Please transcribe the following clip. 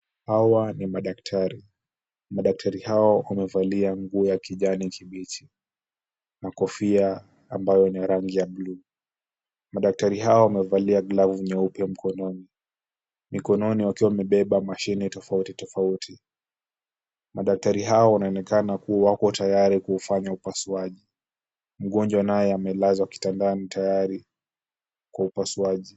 Hawa ni madaktari. Madaktari hawa wamevalia nguo ya kijani kibichi na kofia ambayo ni ya rangi ya bluu. Madaktari hawa wamevalia glavu nyeupe mkononi. Mikononi wakiwa wamebeba mashine tofauti tofauti. Madaktari hao wanaonekana kuwa wako tayari kufanya upasuaji. Mgonjwa naye amelazwa kitandani tayari kwa upasuaji.